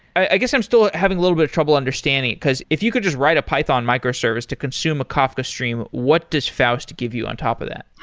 i guess i'm still having a little bit of travel understanding it, because if you could just write a python micro-service to consume a kafka stream, what does faust give you on top of that?